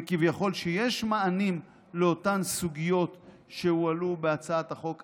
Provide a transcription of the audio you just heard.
וכביכול יש מענים לאותן סוגיות שהועלו בהצעת החוק.